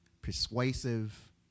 persuasive